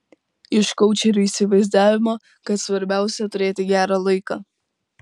iš koučerių įsivaizdavimo kad svarbiausia turėti gerą laiką